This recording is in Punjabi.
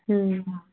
ਹੂੰ